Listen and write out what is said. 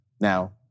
Now